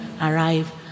arrive